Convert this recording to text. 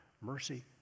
Mercy